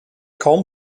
kaum